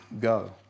go